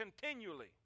continually